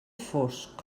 fosc